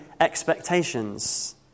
expectations